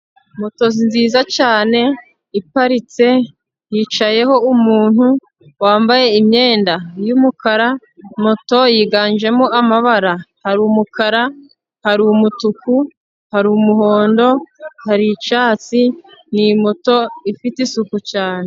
Moto nziza cyane iparitse yicayeho umuntu wambaye imyenda y'umukara, moto yiganjemo amabara hari umukara, hari umutuku, hari umuhondo, hari icyatsi, ni moto ifite isuku cyane.